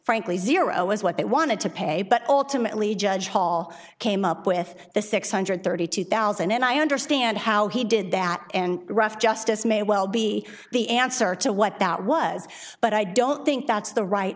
frankly zero as what they wanted to pay but ultimately judge paul came up with the six hundred thirty two thousand and i understand how he did that and rough justice may well be the answer to what that was but i don't think that's the right